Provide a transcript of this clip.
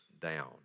down